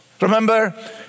Remember